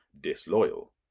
disloyal